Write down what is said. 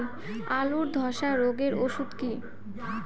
আলুর ধসা রোগের ওষুধ কি?